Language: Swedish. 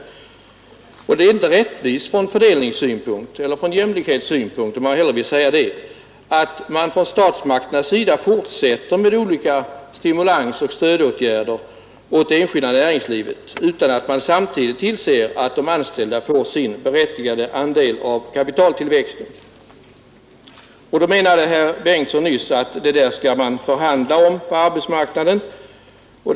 Det är inte rättvist från jämlikhetssynpunkt att man från statsmakternas sida fortsätter med olika stimulansoch stödåtgärder till gagn för det enskilda näringslivet utan att man samtidigt tillser att de anställda får sin Herr Bengtsson menade att det här skall man förhandla om på arbetsmarknadssidan.